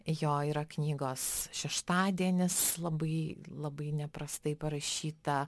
jo yra knygos šeštadienis labai labai neprastai parašyta